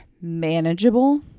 manageable